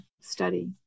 study